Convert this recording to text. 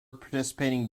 participating